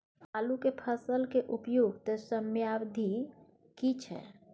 आलू के फसल के उपयुक्त समयावधि की छै?